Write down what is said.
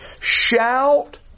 Shout